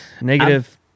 Negative